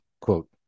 Quote